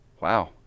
Wow